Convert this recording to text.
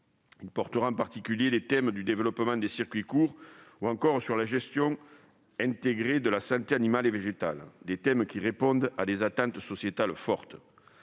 Il met en particulier l'accent sur les thèmes du développement des circuits courts ou encore la gestion intégrée de la santé animale et végétale. Ces thèmes répondent à des attentes sociétales fortes.